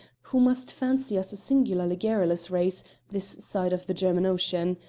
who must fancy us a singularly garrulous race this side of the german ocean.